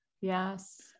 Yes